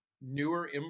newer